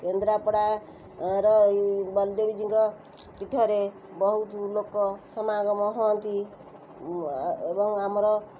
କେନ୍ଦ୍ରାପଡ଼ାର ବଳଦେବଜୀଉଙ୍କ ପୀଠରେ ବହୁତ ଲୋକ ସମାଗମ ହୁଅନ୍ତି ଏବଂ ଆମର